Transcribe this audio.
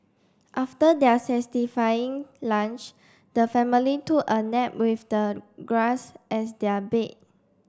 after their satisfying lunch the family took a nap with the grass as their bed